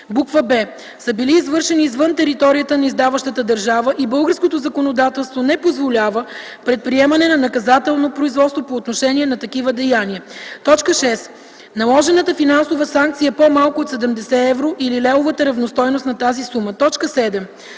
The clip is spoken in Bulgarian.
или б) са били извършени извън територията на издаващата държава и българското законодателство не позволява предприемане на наказателно производство по отношение на такива деяния; 6. наложената финансова санкция е по-малка от 70 евро или левовата равностойност на тази сума; 7.